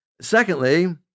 Secondly